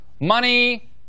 Money